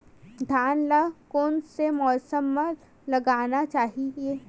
धान ल कोन से मौसम म लगाना चहिए?